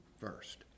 first